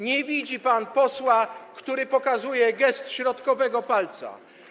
Nie widzi pan posła, który pokazuje gest środkowego palca.